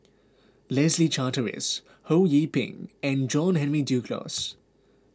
Leslie Charteris Ho Yee Ping and John Henry Duclos